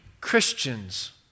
Christians